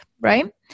right